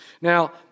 Now